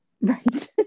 right